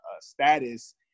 status